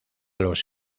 los